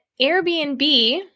Airbnb –